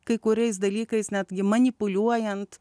kai kuriais dalykais netgi manipuliuojant